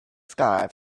sky